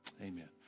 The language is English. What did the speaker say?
Amen